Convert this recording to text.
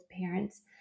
parents